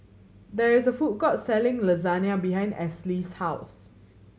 there is a food court selling Lasagna behind Esley's house